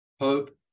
hope